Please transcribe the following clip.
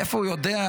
מאיפה הוא יודע?